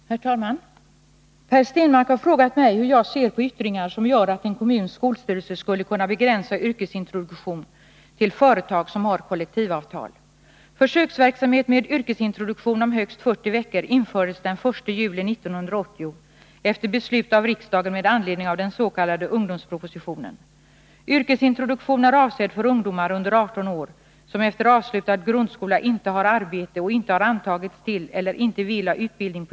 Herr talman! Per Stenmarck har frågat mig hur jag ser på yttringar som gör att en kommuns skolstyrelse skulle kunna begränsa yrkesintroduktion till företag som har kollektivavtal.